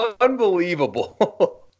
unbelievable